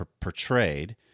portrayed